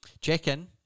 check-in